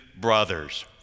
brothers